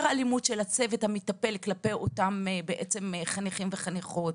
אלימות של הצוות המטפל כלפי אותם חניכים וחניכות.